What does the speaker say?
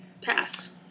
Pass